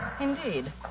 Indeed